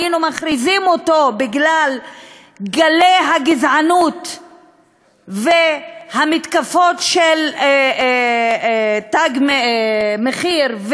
היינו מכריזים עליו בגלל גלי הגזענות והמתקפות של "תג מחיר",